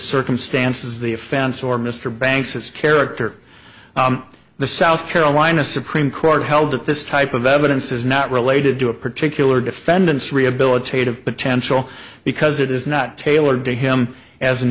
circumstances the offense or mr banks his character the south carolina supreme court held that this type of evidence is not related to a particular defendant's rehabilitative potential because it is not tailored to him as an